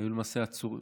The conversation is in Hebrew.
היו למעשה עצורים,